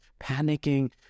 panicking